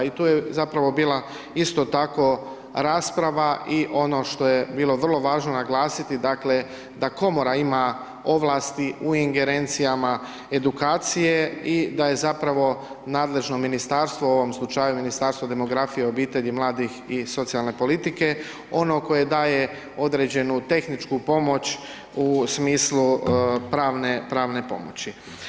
I tu je zapravo bila isto tako rasprava i ono što je bilo vrlo važno naglasiti, dakle da komora ima ovlasti u ingerencijama edukacije i da je zapravo nadležno ministarstvo u ovom slučaju Ministarstvo demografije, obitelji, mladih i socijalne politike ono koje daje određenu tehničku pomoć u smislu pravne, pravne pomoći.